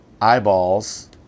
eyeballs